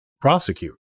prosecute